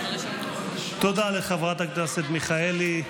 תודה לחברת הכנסת מיכאלי.